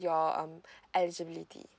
your um eligibility